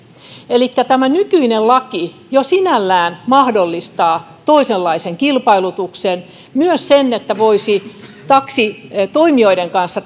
elikkä tämä nykyinen laki jo sinällään mahdollistaa toisenlaisen kilpailutuksen myös sen että voisi taksitoimijoiden kanssa